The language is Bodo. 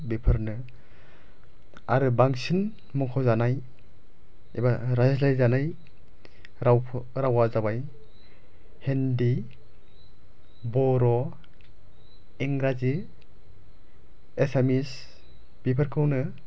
बेफोरनो आरो बांसिन मख'जानाय एबा रायज्लायजानाय रावफोर रावा जाबाय हिन्दी बर' इंराजि एसामिस बिफोरखौनो